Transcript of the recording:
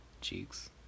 cheeks